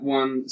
one